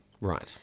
Right